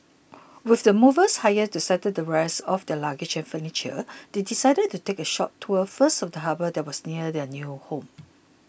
with the movers hired to settle the rest of their luggage and furniture they decided to take a short tour first of the harbour that was near their new home